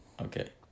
Okay